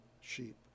sheep